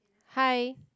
hi